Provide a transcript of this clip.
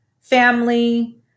family